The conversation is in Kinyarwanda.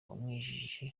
wamwinjije